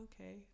okay